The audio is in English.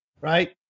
right